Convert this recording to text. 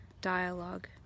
dialogue